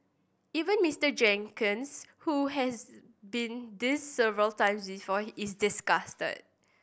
even Mister Jenkins who has been this several times before is disgusted